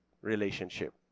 relationship